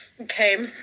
okay